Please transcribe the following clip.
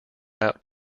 route